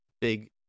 big